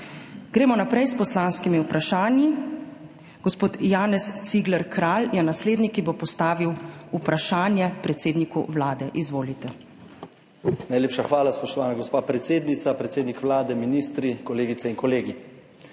Gremo naprej s poslanskimi vprašanji. Gospod Janez Cigler Kralj je naslednji, ki bo postavil vprašanje predsedniku Vlade. Izvolite. **JANEZ CIGLER KRALJ (PS NSi):** Najlepša hvala, spoštovana gospa predsednica. Predsednik Vlade, ministri, kolegice in kolegi!